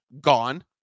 gone